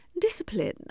discipline